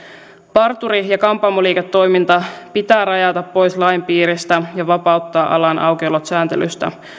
parturi ja kampaamoliiketoiminta pitää rajata pois lain piiristä ja vapauttaa alan aukiolot sääntelystä